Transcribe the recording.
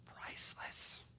priceless